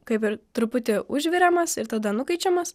kaip ir truputį užviriamas ir tada nukaičiamas